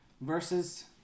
Versus